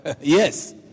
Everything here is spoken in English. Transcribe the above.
Yes